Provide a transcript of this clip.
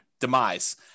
demise